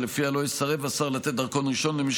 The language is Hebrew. שלפיה "לא יסרב השר לתת דרכון ראשון למי